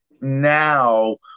now